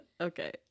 okay